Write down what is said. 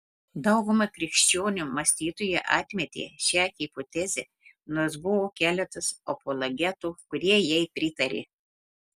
dauguma krikščionių mąstytojų atmetė šią hipotezę nors buvo keletas apologetų kurie jai pritarė